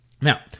Now